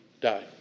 die